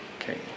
Okay